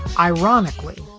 ironically,